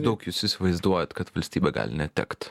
daug jūs įsivaizduojat kad valstybė gali netekti